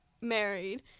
married